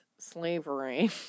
slavery